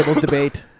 debate